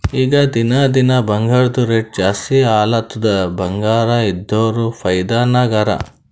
ಈಗ ದಿನಾ ದಿನಾ ಬಂಗಾರ್ದು ರೇಟ್ ಜಾಸ್ತಿ ಆಲತ್ತುದ್ ಬಂಗಾರ ಇದ್ದೋರ್ ಫೈದಾ ನಾಗ್ ಹರಾ